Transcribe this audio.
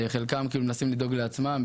חלקם מנסים לדאוג לעצמם,